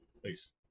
Please